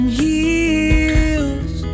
heals